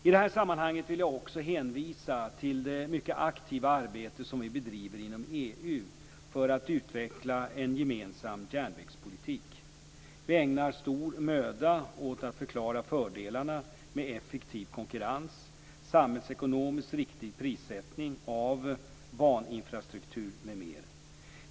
I det här sammanhanget vill jag också hänvisa till det mycket aktiva arbete som vi bedriver inom EU för att utveckla en gemensam järnvägspolitik. Vi ägnar stor möda åt att förklara fördelarna med effektiv konkurrens, samhällsekonomiskt riktig prissättning av baninfrastruktur, m.m.